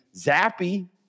Zappy